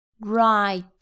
right